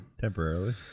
Temporarily